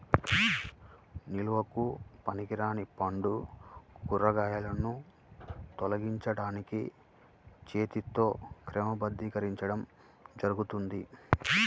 నిల్వకు పనికిరాని పండ్లు, కూరగాయలను తొలగించడానికి చేతితో క్రమబద్ధీకరించడం జరుగుతుంది